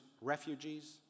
refugees